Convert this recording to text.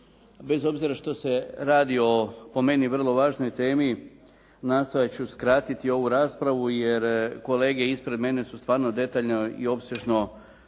Bez obzira što se radi o po meni vrlo važnoj temi nastojat ću skratiti ovu raspravu, jer kolege ispred mene su stvarno detaljno i opsežno ukazali